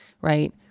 right